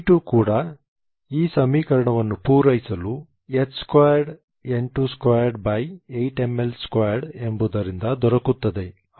E2 ಕೂಡ ಈ ಸಮೀಕರಣವನ್ನು ಪೂರೈಸಲು h2n228mL2 ಎಂಬುದರಿಂದ ದೊರಕುತ್ತದೆ